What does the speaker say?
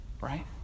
right